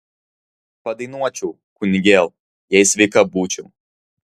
padainuočiau kunigėl jei sveika būčiau